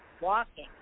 walking